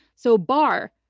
so barr,